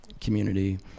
community